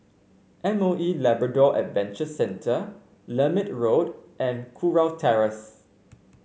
M O E Labrador Adventure Centre Lermit Road and Kurau Terrace